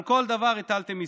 על כל דבר הטלתם מיסים.